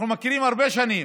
אנחנו מכירים הרבה שנים.